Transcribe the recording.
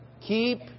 keep